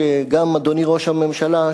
שגם אדוני ראש הממשלה,